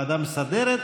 לוועדה המסדרת,